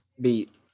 beat